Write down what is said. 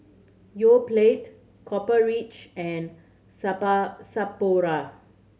Yoplait Copper Ridge and Sapporo